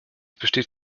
besteht